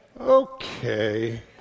Okay